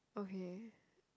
okay